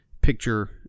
Picture